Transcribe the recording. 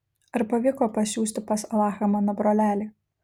ar pavyko pasiųsti pas alachą mano brolelį